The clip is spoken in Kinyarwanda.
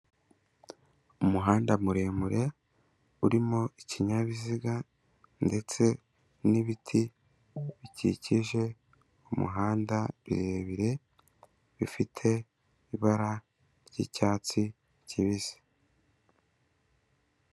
Umuhanda muremure urimo ikinyabiziga ndetse n'ibiti bikikije umuhanda birebire, bifite ibara ry'icyatsi kibisi.